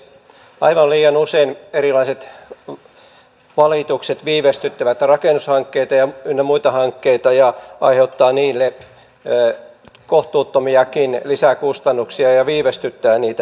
aivan liian usein erilaiset valitukset viivästyttävät rakennushankkeita ynnä muita hankkeita ja aiheuttavat niille kohtuuttomiakin lisäkustannuksia ja viivästyttävät niitä nimenomaan